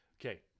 okay